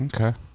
okay